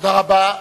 תודה רבה.